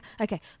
Okay